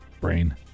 Brain